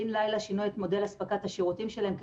בין לילה שינו את מודל אספקת השירותים שלהם,